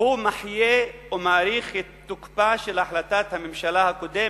הוא מחיה ומאריך את תוקפה של החלטת הממשלה הקודמת,